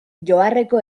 joarreko